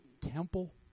temple